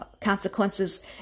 consequences